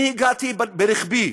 אני הגעתי ברכבי,